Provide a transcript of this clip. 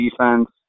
defense